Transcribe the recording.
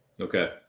Okay